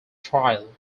trial